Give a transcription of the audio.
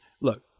look